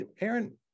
Aaron